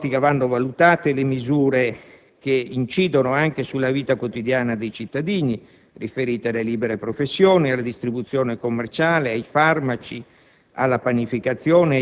Con quest'ottica vanno valutate le misure, che incidono anche sulla vita quotidiana dei cittadini, riferite alle libere professioni, alla distribuzione commerciale, ai farmaci,